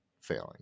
failing